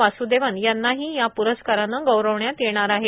वासदेवन यांनाही या प्रस्कारने गौरविण्यात येणार आहे